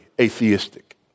atheistic